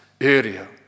area